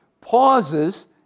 pauses